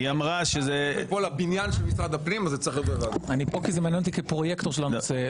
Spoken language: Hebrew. אני כאן כי זה מעניין אותי כפרוייקטור של הנושא.